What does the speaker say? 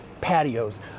patios